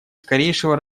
скорейшего